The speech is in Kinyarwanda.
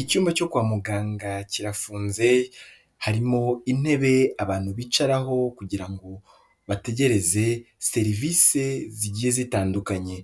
Icyumba cyo kwa muganga kirafunze, harimo intebe abantu bicaraho kugirango bategereze serivisi zigiye zitandukanye,